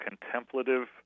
contemplative